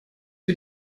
für